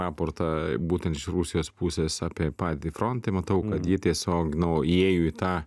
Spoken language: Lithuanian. raportą būtent iš rusijos pusės apie padėtį fronte matau kad ji tiesiog nu įėjo į tą